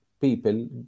people